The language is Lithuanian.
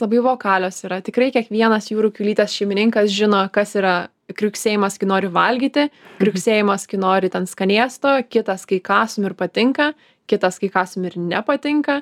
labai vokalios yra tikrai kiekvienas jūrų kiaulytės šeimininkas žino kas yra kriuksėjimas kai noriu valgyti kriuksėjimas kai nori ten skanėsto kitas kai kasom ir patinka kitas kai kasom ir nepatinka